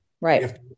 Right